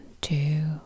two